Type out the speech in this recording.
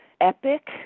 epic